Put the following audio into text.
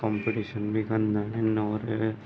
competition बि कंदा आहिनि और